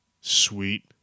Sweet